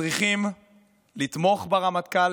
צריכים לתמוך ברמטכ"ל,